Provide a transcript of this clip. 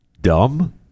dumb